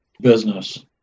business